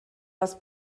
was